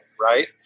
right